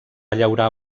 llaurar